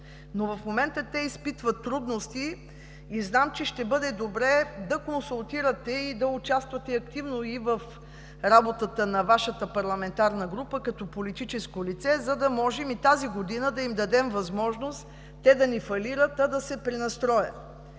В момента те изпитват трудности и знам, че ще бъде добре да ги консултирате и активно да участвате и в работата на Вашата парламентарна група като политическо лице, за да можем и тази година да им дадем възможност те да не фалират, а да се пренастроят.